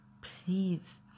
please